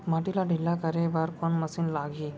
माटी ला ढिल्ला करे बर कोन मशीन लागही?